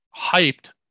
hyped